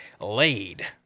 laid